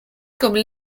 comme